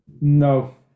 No